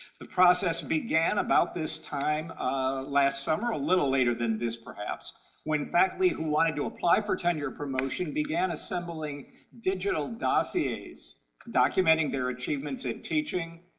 the process began about this time last summer a little later than this, perhaps when faculty who wanted to apply for tenure or promotion began assembling digital dossiers documenting their achievements in teaching,